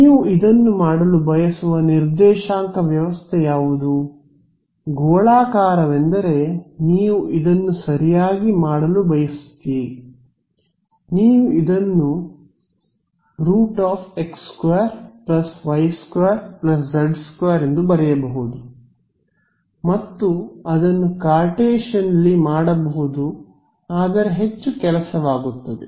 ನೀವು ಇದನ್ನು ಮಾಡಲು ಬಯಸುವ ನಿರ್ದೇಶಾಂಕ ವ್ಯವಸ್ಥೆ ಯಾವುದು ಗೋಳಾಕಾರವೆಂದರೆ ನೀವು ಇದನ್ನು ಸರಿಯಾಗಿ ಮಾಡಲು ಬಯಸುತ್ತೀರಿ ನೀವು ಇದನ್ನು √x2 y2 z2 ಎಂದು ಬರೆಯಬಹುದು ಮತ್ತು ಅದನ್ನು ಕಾರ್ಟೇಶಿಯನ್ಲಿ ಮಾಡಬಹುದು ಆದರೆ ಹೆಚ್ಚು ಕೆಲಸವಾಗುತ್ತದೆ